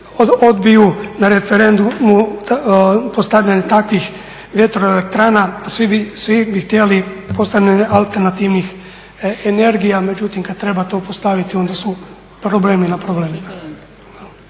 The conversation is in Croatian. odbiju na referendumu postavljanje takvih vjetroelektrana, a svi bi htjeli postavljanje alternativnih energija. Međutim, kad treba to postaviti onda su problemi na problemima.